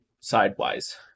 sidewise